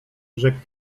rzekł